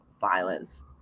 violence